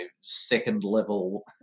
second-level